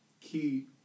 Key